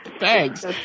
Thanks